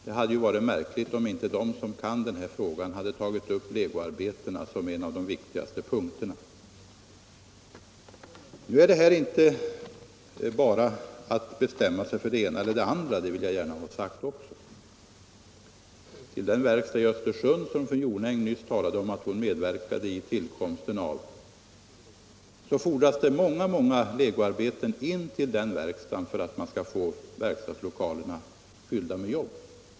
Det hade varit märkligt om inte de som kan den här frågan hade tagit upp legoarbetena som en av de viktigaste punkterna. Nu är det inte bara att bestämma sig för det ena eller det andra, det vill jag gärna också ha sagt. Fru Jonäng talade nyss om, att hon medverkade vid tillkomsten av verkstaden i Östersund. Det fordras många legoarbeten till den verkstaden för att man skall få lokalerna fyllda med jobb.